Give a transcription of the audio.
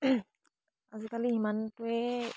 আজিকালি সিমানটোৱে